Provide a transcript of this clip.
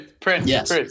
Prince